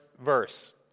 verse